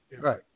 Right